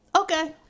okay